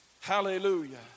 Hallelujah